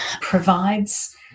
provides